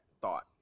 thought